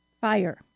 Fire